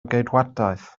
geidwadaeth